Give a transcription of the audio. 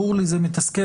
ברור לי שזה מתסכל,